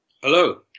Hello